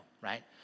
right